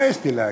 מה יש לי להגיד?